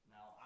Now